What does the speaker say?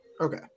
Okay